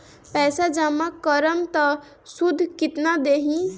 पैसा जमा करम त शुध कितना देही?